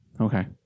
Okay